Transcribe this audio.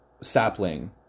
sapling